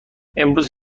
امروز